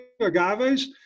agaves